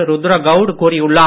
ருத்ர கவுடு கூறியுள்ளார்